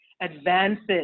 advances